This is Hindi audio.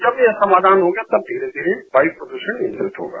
जब यह समाधान होगा तब धीरे धीरे वायु प्रदूषण कम होगा